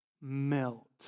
melt